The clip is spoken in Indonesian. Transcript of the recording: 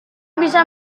bisa